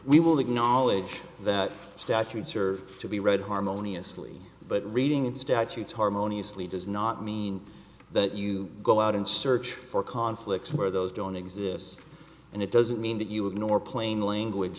we will acknowledge that statutes are to be read harmoniously but reading in statutes harmoniously does not mean that you go out and search for conflicts where those don't exist and it doesn't mean that you ignore plain language